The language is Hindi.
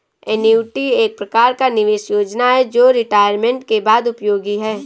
एन्युटी एक प्रकार का निवेश योजना है जो रिटायरमेंट के बाद उपयोगी है